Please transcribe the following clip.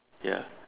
ya